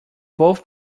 both